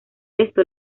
esto